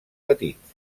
petits